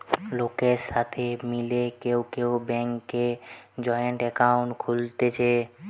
লোকের সাথে মিলে কেউ কেউ ব্যাংকে জয়েন্ট একাউন্ট খুলছে